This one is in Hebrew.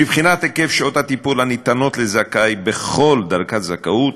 מבחינת היקף שעות הטיפול הניתנות לזכאי בכל דרגת זכאות,